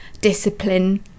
discipline